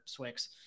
Swix